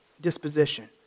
disposition